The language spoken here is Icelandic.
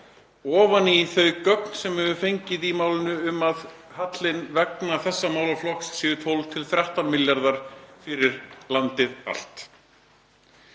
ofan í þau gögn sem við höfum fengið um að hallinn vegna þessa málaflokks sé 12–13 milljarðar fyrir landið allt.